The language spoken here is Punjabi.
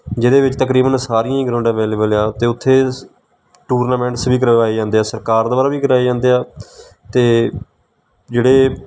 ਜਿਹਦੇ ਵਿੱਚ ਤਕਰੀਬਨ ਸਾਰੀਆਂ ਹੀ ਗਰਾਉਂਡਾਂ ਅਵੇਲੇਬਲ ਆ ਅਤੇ ਉੱਥੇ ਟੂਰਨਾਮੈਂਟਸ ਵੀ ਕਰਵਾਏ ਜਾਂਦੇ ਆ ਸਰਕਾਰ ਦੁਆਰਾ ਵੀ ਕਰਵਾਏ ਜਾਂਦੇ ਆ ਅਤੇ ਜਿਹੜੇ